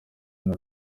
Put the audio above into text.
and